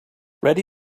ready